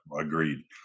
Agreed